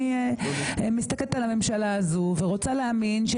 אני מסתכלת על הממשלה הזאת ורוצה להאמין,